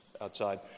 outside